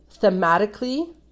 thematically